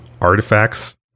artifacts